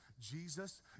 Jesus